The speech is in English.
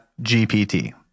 GPT